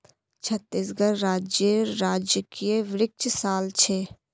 छत्तीसगढ़ राज्येर राजकीय वृक्ष साल छे